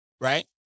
right